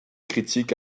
critiques